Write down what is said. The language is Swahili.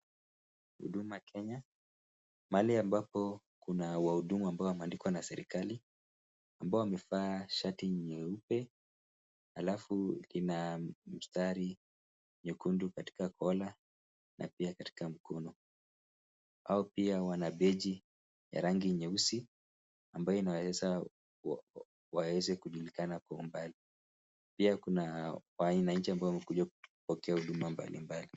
Huduma kenya mahali ambapo kuna huduma ambazo wanalipwa na serikali, ambayo amevaa shati jeupe na mistari nyekundu katika kola na pia katika mkono, hao pia wana bechi ya rangi nyeusi, ambayo inaweza waweze kujulikana kwa umbali pia Kuna wananchi ambao wanatoka mbalimbali.